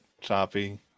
choppy